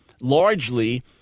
largely